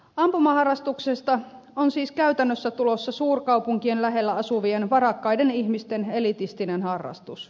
ampumaharrastuksesta on siis käytännössä tulossa suurkaupunkien lähellä asuvien varakkaiden ihmisten elitistinen harrastus